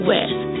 West